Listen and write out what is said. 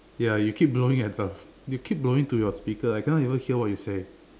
ya you keep blowing at the you keep blowing to your speaker I cannot even hear what you say